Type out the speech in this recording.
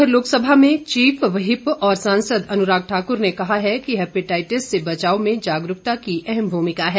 उधर लोकसभा में chief whip और सांसद अनुराग ठाकुर ने कहा है कि हेपेटाईटिस से बचाव में जागरूकता की अहम भूमिका है